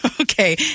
Okay